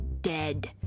dead